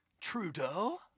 Trudeau